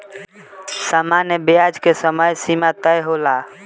सामान्य ब्याज के समय सीमा तय होला